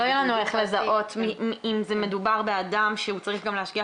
לא יהיה לנו איך לזהות אם מדובר באדם שהוא צריך גם להשגיח